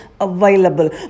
available